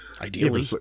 Ideally